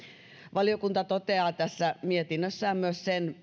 valiokunta toteaa tässä mietinnössään myös sen